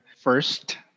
first